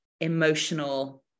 emotional